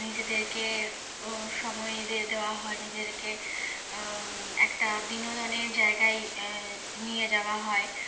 নিজেদেরকেও সময় দেওয়া হয় নিজেরকে একটা বিনোদনের জায়গায় নিয়ে যাওয়া হয়